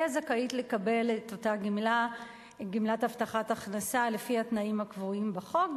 זכאית לקבל את אותה גמלת הבטחה לפי התנאים הקבועים בחוק,